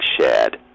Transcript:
shared